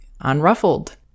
unruffled